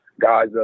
guys